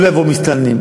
שלא יבואו מסתננים.